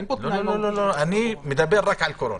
אין פה תנאי -- לא, אני עכשיו מדבר רק על קורונה.